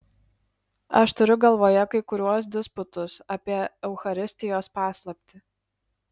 aš turiu galvoje kai kuriuos disputus apie eucharistijos paslaptį